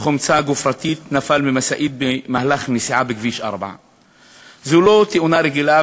חומצה גופרתית נפל ממשאית במהלך נסיעה בכביש 4. זו לא תאונה רגילה,